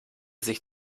sich